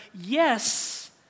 yes